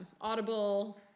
audible